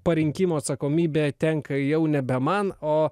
parinkimo atsakomybė tenka jau nebe man o